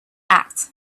act